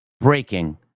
breaking